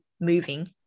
moving